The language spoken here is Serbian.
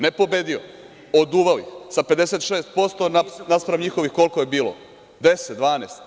Ne pobedio, oduvao ih , sa 56% naspram njihovih koliko je bilo, 10, 12.